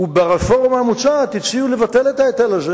וברפורמה המוצעת הציעו לבטל את ההיטל הזה,